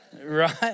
right